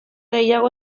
gehiago